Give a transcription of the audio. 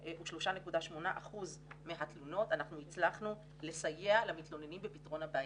ב-73.8% מהתלונות אנחנו הצלחנו לסייע למתלוננים בפתרון הבעיה.